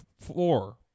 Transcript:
floor